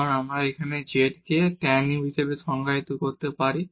কারণ আমরা এখানে z কে tan u হিসাবে সংজ্ঞায়িত করতে পারি